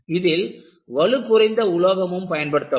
இதில் வலு குறைந்த உலோகமும் பயன்படுத்தப்படும்